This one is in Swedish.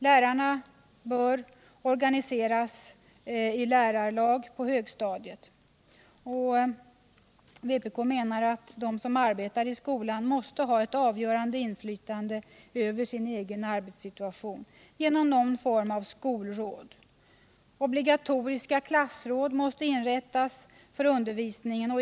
Lärarna bör organiseras i lä Vpk menar att de som arbetar i skolan måste ha ett avgörande inflytande över sin egen arbetssituation, genom någon form av skolråd. Obligatoriska klassråd måste inrättas för undervisningen.